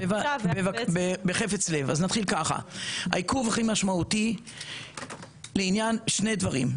בחפץ לב, העיכוב הכי משמעותי לעניין, שני דברים.